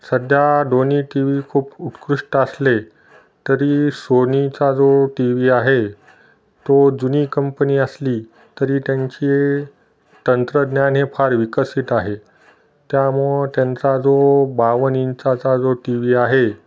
सध्या दोन्ही T V खूप उत्कृष्ट असले तरी सोनीचा जो टी व्ही आहे तो जुनी कंपनी असली तरी त्यांची तंत्रज्ञान हे फार विकसित आहे त्यामुळं त्यांचा जो बावन्न इंचाचा जो टी व्ही आहे